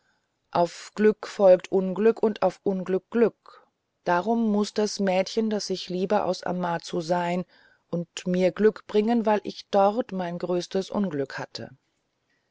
auf glück folgt unglück und auf unglück glück darum muß das mädchen das ich liebe aus amazu sein und mir glück bringen weil ich dort mein größtes unglück hatte